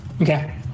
Okay